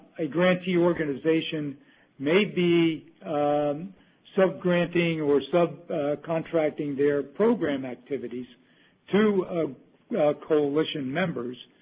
a grantee organization may be um subgranting or so subcontracting their program activities to coalition members,